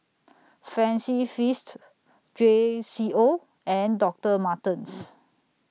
Fancy Feast J Co and Doctor Martens